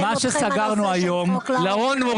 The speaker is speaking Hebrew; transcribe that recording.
הנושא של חוק לרון.